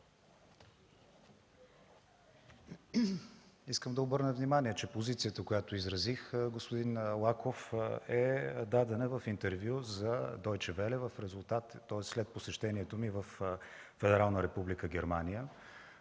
Искам да обърна внимание, че позицията, която изразих, господин Лаков, е дадена в интервю за „Дойче веле“ след посещението ми във Федерална република Германия.